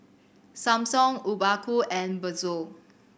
Samsung Obaku and Pezzo